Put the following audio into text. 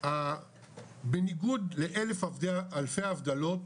בניגוד לאלף אלפי הבדלות